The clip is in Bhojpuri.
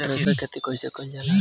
मटर के खेती कइसे कइल जाला?